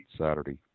Saturday